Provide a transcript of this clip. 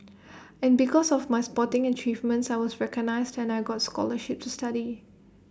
and because of my sporting achievements I was recognised and I got scholarships to study